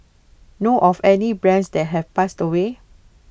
know of any other brands that have passed away